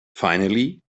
finally